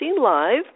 live